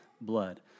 blood